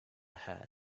hat